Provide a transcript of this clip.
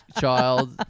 child